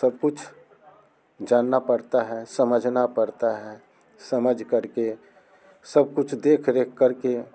सब कुछ जानना पड़ता है समझना पड़ता है समझ करके सब कुछ देख रेख करके